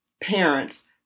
parents